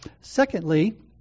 Secondly